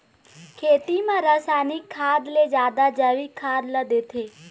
खेती म रसायनिक खाद ले जादा जैविक खाद ला देथे